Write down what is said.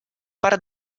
part